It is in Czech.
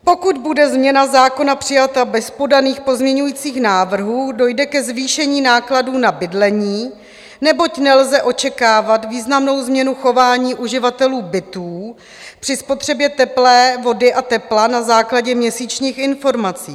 Pokud bude změna zákona přijata bez podaných pozměňujících návrhů, dojde ke zvýšení nákladů na bydlení, neboť nelze očekávat významnou změnu v chování uživatelů bytů při spotřebě teplé vody a tepla na základě měsíčních informací.